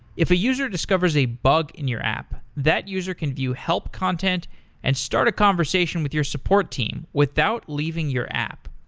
if a user discovers a bug in your app, that user can view help content and start a conversation with your support team without leaving your app.